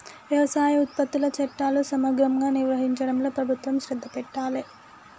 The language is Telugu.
వ్యవసాయ ఉత్పత్తుల చట్టాలు సమగ్రంగా నిర్వహించడంలో ప్రభుత్వం శ్రద్ధ పెట్టాలె